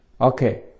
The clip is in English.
Okay